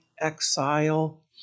exile